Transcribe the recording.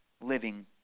living